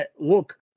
look